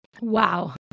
Wow